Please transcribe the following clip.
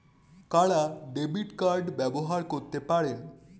কারা debit card ব্যবহার করতে পারেন?